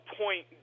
point